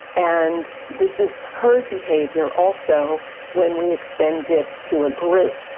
and this is herd behavior also when we extend it to a group,